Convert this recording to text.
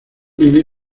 vivir